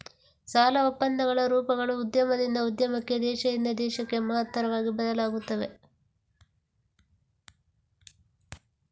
ಸಾಲ ಒಪ್ಪಂದಗಳ ರೂಪಗಳು ಉದ್ಯಮದಿಂದ ಉದ್ಯಮಕ್ಕೆ, ದೇಶದಿಂದ ದೇಶಕ್ಕೆ ಮಹತ್ತರವಾಗಿ ಬದಲಾಗುತ್ತವೆ